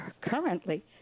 currently